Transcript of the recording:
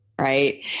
right